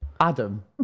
Adam